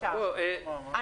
בבקשה.